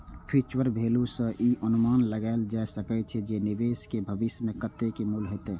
future value सं ई अनुमान लगाएल जा सकै छै, जे निवेश के भविष्य मे कतेक मूल्य हेतै